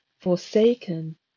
forsaken